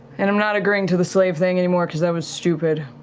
and i'm not agreeing to the slave thing anymore because that was stupid.